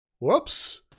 whoops